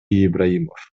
ибраимов